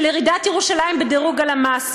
של ירידת ירושלים בדירוג הלמ"ס,